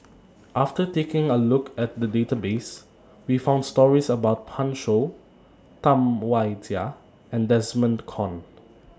after taking A Look At The Database We found stories about Pan Shou Tam Wai Jia and Desmond Kon